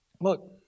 look